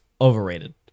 overrated